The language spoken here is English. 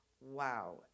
Wow